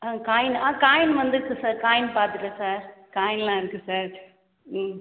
ஆ காயின்னு ஆ காயின் வந்துருக்குது சார் காயின் பார்த்துட்டேன் சார் காயினெல்லாம் இருக்குது சார் ம்